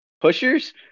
pushers